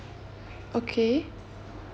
okay